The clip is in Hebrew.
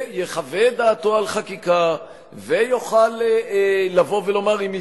ויחווה את דעתו על חקיקה ויוכל לבוא ולומר אם היא